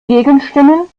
gegenstimmen